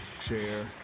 share